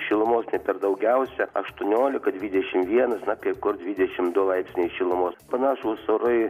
šilumos ne per daugiausia aštuoniolika dvidešim vienas na kai kur dvidešim du laipsniai šilumos panašūs orai